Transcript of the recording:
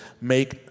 make